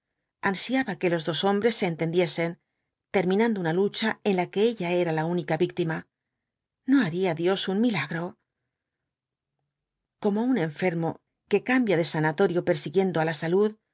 ansiaba que los dos hombres se entendiesen terminando una lucha en la que ella era la única víctima no haría dios el milagro como un enfermo que cambia de sanatorio persiguiendo á la salud